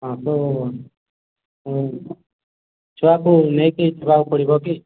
ହଁ ତ ମୁଁ ଛୁଆକୁ ନେଇକି ଯିବାକୁ ପଡ଼ିବ କି